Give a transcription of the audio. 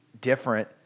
different